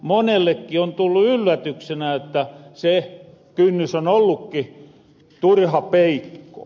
monelleki on tullu yllätyksenä että se kynnys on ollukki turha peikko